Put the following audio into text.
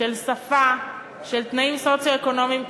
שפה ותנאים סוציו-אקונומיים.